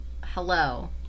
Hello